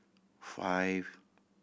five